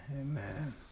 Amen